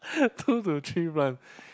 two to three plant